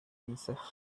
himself